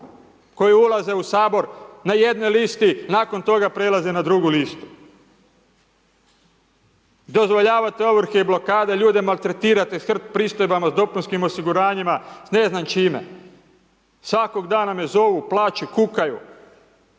koji ulaze u Sabor na jednoj listi, nakon toga prelaze na drugu listu. Dozvoljavate ovrhe i blokade, ljude maltretirate s HRT pristojbama, s dopunskim osiguranjima, s ne znam čime, svakog dana me zovu, plaču, kukaju,